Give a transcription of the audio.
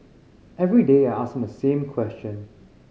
every day I ask him the same question